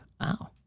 Wow